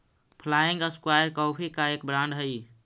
flying square coffee का एक brand हई